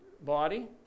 body